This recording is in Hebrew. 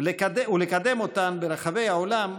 ולקדם אותן ברחבי העולם,